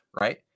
right